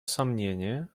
сомнения